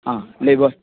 आं लेबर्ज